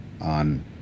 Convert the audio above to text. on